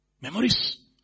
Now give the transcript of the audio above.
Memories